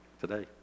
Today